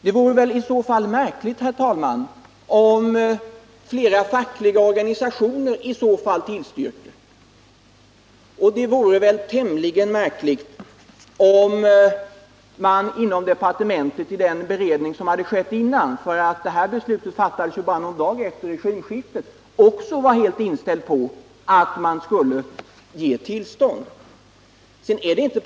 Det är i så fall också underligt, herr talman, att flera fackliga organisationer tillstyrker liksom att departementet i den föregående beredningen — detta beslut fattades ju bara någon dag efter regimskiftet — var helt inställt på att man skulle ge tillstånd till försäljningen.